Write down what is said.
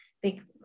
big